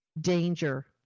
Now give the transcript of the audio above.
danger